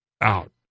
out